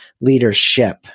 leadership